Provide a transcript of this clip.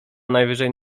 najwyżej